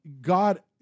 God